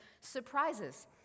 surprises